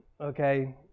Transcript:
okay